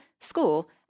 school